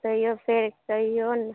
तैयो फेर कहियौ ने